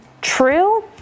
True